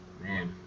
man